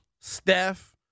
Steph